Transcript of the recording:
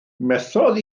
methodd